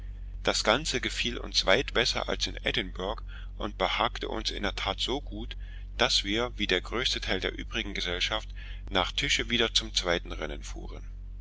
das ganze gefiel uns weit besser als in edinburgh und behagte uns in der tat so gut daß wir wie der größte teil der übrigen gesellschaft nach tische wieder zum zweiten rennen fuhren